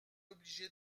obligé